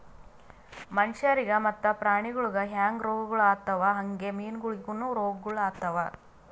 ಮನುಷ್ಯರಿಗ್ ಮತ್ತ ಪ್ರಾಣಿಗೊಳಿಗ್ ಹ್ಯಾಂಗ್ ರೋಗಗೊಳ್ ಆತವ್ ಹಂಗೆ ಮೀನುಗೊಳಿಗನು ರೋಗಗೊಳ್ ಆತವ್